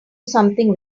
something